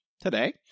today